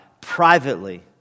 privately